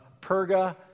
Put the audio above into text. Perga